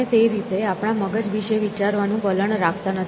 આપણે તે રીતે આપણા મગજ વિશે વિચારવાનું વલણ રાખતા નથી